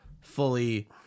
fully